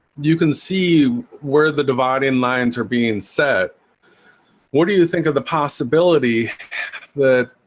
you can see where the dividing lines are being set what do you think of the possibility that?